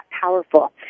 powerful